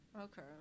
Okay